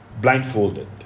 blindfolded